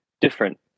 different